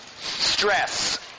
stress